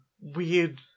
weird